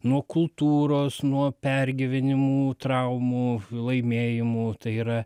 nuo kultūros nuo pergyvenimų traumų laimėjimų tai yra